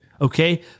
Okay